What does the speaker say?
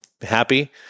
Happy